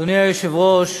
אדוני היושב-ראש,